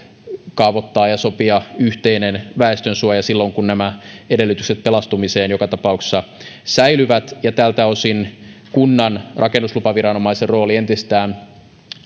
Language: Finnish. kaavoittaa ja sopia yhteinen väestönsuoja silloin kun nämä edellytykset pelastumiseen joka tapauksessa säilyvät tältä osin kunnan rakennuslupaviranomaisen rooli entisestään